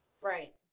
Right